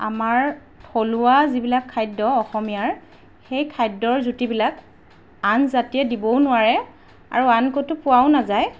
আমাৰ থলুৱা যিবিলাক খাদ্য অসমীয়াৰ সেই খাদ্যৰ জুতিবিলাক আন জাতিয়ে দিবও নোৱাৰে আৰু আন ক'তো পোৱাও নাযায়